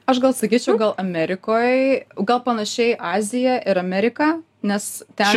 aš gal sakyčiau gal amerikoj gal panašiai azija ir amerika nes ten